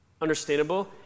understandable